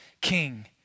king